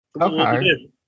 okay